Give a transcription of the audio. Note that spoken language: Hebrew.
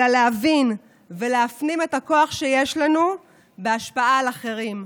אלא להבין ולהפנים את הכוח את הכוח שיש לנו בהשפעה על האחרים.